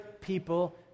people